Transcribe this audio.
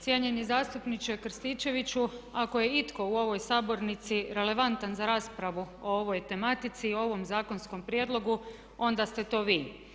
Cijenjeni zastupniče Krstičeviću, ako je itko u ovoj sabornici relevantan za raspravu o ovoj tematici i o ovom zakonskom prijedlogu onda tse to vi.